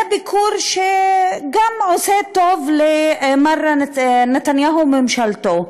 זה ביקור שגם עושה טוב למר נתניהו וממשלתו,